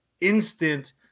instant